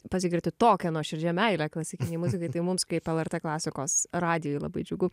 pasigirti tokia nuoširdžia meile klasikinei muzikai tai mums kaip lrt klasikos radijui labai džiugu